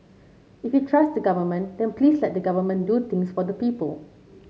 if you trust the Government then please let the Government do things for the people